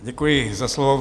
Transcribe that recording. Děkuji za slovo.